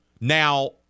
now